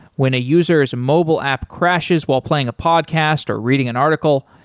when a user s mobile app crashes while playing a podcast, or reading an article,